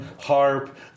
Harp